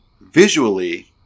visually